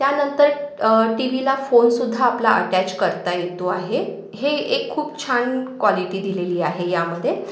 त्यानंतर टी वीला फोनसुद्धा आपला अटॅच करता येतो आहे हे एक खूप छान कॉलिटी दिलेली आहे यामध्ये